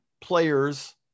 players